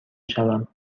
شوم